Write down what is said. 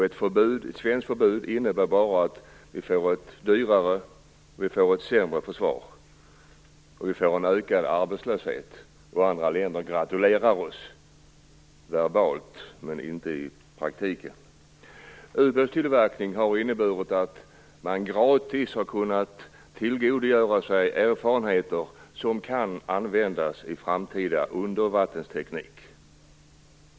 Ett svenskt förbud innebär bara att vi får ett dyrare och sämre försvar, att vi får en ökad arbetslöshet och att andra länder gratulerar oss i ord men inte i praktiken. Ubåtstillverkningen har inneburit att man gratis har kunnat tillgodogöra sig erfarenheter som kan användas i framtida undervattensteknik.